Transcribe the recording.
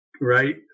right